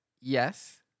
Yes